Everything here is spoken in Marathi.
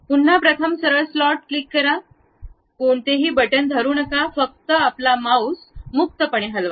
पुन्हा प्रथम सरळ स्लॉट क्लिक करा कोणतेही बटण धरु नका फक्त आपला माउस मुक्तपणे हलवा